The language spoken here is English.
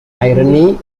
irony